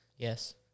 Yes